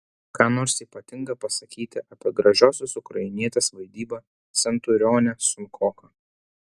ką nors ypatinga pasakyti apie gražiosios ukrainietės vaidybą centurione sunkoka